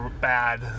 bad